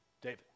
David